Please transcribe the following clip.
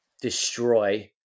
destroy